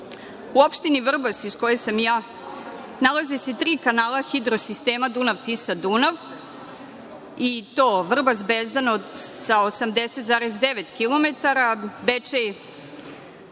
opštini Vrbas, iz koje sam ja, nalazi se tri kanala hidrosistema Dunav-Tisa-Dunav i to Vrbas-Bezdan sa 80,9 kilometara,